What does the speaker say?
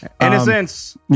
Innocence